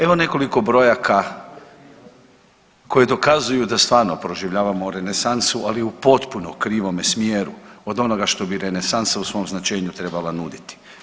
Evo nekoliko brojaka koje stvarno prikazuju da stvarno proživljavamo renesansu, ali u potpuno krivome smjeru od onoga što bi renesansa u svom značenju trebala nuditi.